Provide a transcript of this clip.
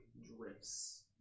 drips